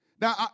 Now